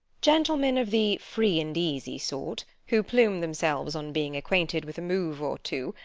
gentlemen of the free-and-easy sort, who plume themselves on being acquainted with a move or two,